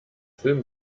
film